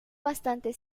bastante